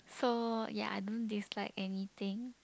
so ya I don't dislike anything